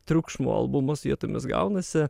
triukšmų albumas vietomis gaunasi